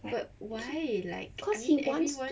like keep cause he wants